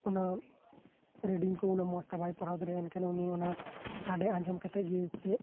ᱚᱱᱟ ᱨᱮᱰᱤᱝ ᱠᱚ ᱢᱚᱸᱡ ᱛᱮ ᱵᱟᱭ ᱯᱟᱲᱦᱟᱣ ᱫᱟᱲᱮᱭᱟᱜᱼᱟ ᱮᱱᱠᱷᱟᱱ ᱩᱱᱤ ᱚᱱᱟ ᱥᱟᱰᱮ ᱟᱸᱡᱚᱢ ᱠᱟᱛᱮ ᱜᱮ ᱪᱮᱫ